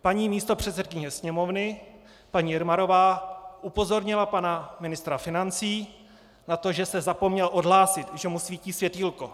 Paní místopředsedkyně Sněmovny Jermanová upozornila pana ministra financí na to, že se zapomněl odhlásit, že mu svítí světýlko.